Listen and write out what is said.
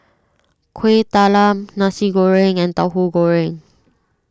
Kueh Talam Nasi Goreng and Tahu Goreng